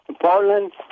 Portland